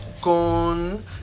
con